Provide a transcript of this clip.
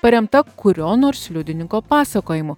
paremta kurio nors liudininko pasakojimu